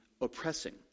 oppressing